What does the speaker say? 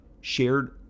shared